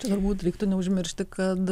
turbūt reiktų neužmiršti kad